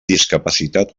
discapacitat